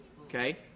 okay